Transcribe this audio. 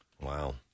Wow